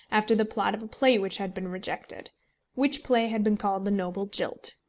after the plot of a play which had been rejected which play had been called the noble jilt.